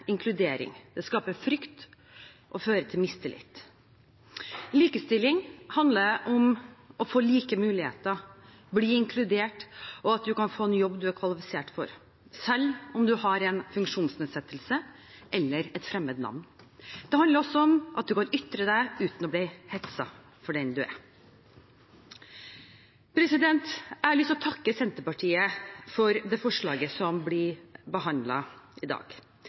inkludering. Det skaper frykt og fører til mistillit. Likestilling handler om å få like muligheter, bli inkludert og at man kan få en jobb man er kvalifisert for, selv om man har en funksjonsnedsettelse eller et fremmed navn. Det handler også om at man kan ytre seg uten å bli hetset for den man er. Jeg har lyst til å takke Senterpartiet for det forslaget som blir behandlet i dag.